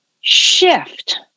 shift